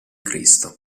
cristo